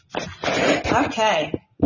Okay